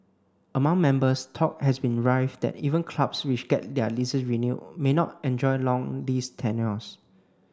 among members talk has been rife that even clubs which get their leases renewed may not enjoy long lease tenures